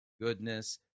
goodness